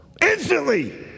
Instantly